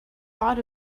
thought